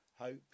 hope